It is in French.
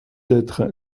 être